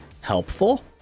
helpful